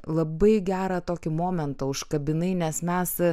labai gerą tokį momentą užkabinai nes mes